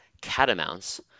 Catamounts